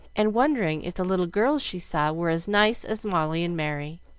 and wondering if the little girls she saw were as nice as molly and merry.